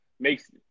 makes